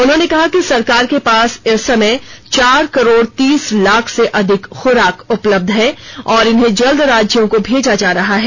उन्होंने कहा कि सरकार के पास इस समय चार करोड़ तीस लाख से अधिक खुराक उपलब्ध हैं और इन्हें जल्द राज्यों को भेजा जा रहा है